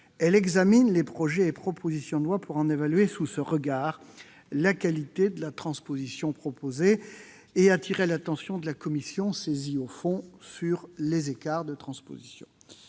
Elle examine les projets et propositions de loi pour en évaluer sous ce regard la qualité de la transposition proposée et attirer l'attention de la commission saisie au fond sur les écarts de transposition.